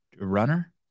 runner